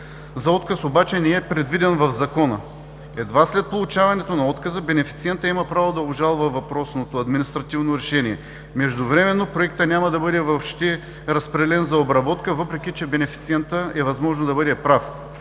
за отказ обаче не е предвиден в Закона. Едва след получаването на отказа бенефициентът има право да обжалва въпросното административно решение. Междувременно проектът няма да бъде въобще разпределен за обработка, въпреки че е възможно бенефициентът да бъде прав.